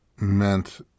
meant